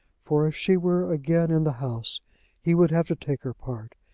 for if she were again in the house he would have to take her part,